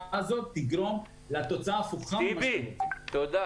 הזאת תגרום לתוצאה ההפוכה ממה שאתם רוצים.